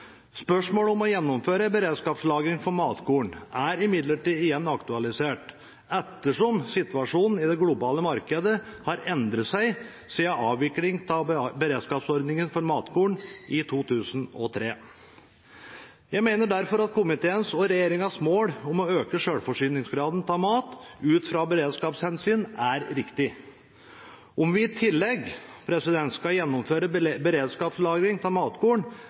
Spørsmålet om å gjennomføre beredskapslagring for matkorn er imidlertid igjen aktualisert, ettersom situasjonen i det globale markedet har endret seg siden avviklingen av beredskapsordningen for matkorn i 2003. Jeg mener derfor at komiteens og regjeringens mål om å øke selvforsyningsgraden av mat ut fra beredskapshensyn er riktig. Om vi i tillegg skal gjennomføre beredskapslagring av matkorn,